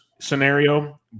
scenario